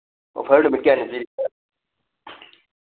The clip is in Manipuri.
ꯑꯣꯐꯔ ꯅꯨꯃꯤꯠ ꯀꯌꯥꯅꯤ ꯄꯤꯔꯤꯒꯦ